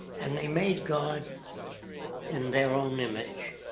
and the made god in their own image.